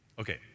Okay